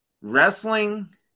wrestling